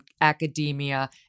academia